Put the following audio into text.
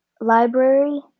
library